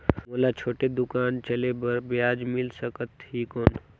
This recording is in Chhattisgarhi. मोला छोटे दुकान चले बर ब्याज मिल सकत ही कौन?